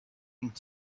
and